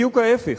בדיוק ההיפך: